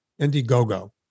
Indiegogo